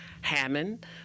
hammond